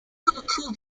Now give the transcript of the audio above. occur